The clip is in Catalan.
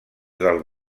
dels